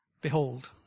Behold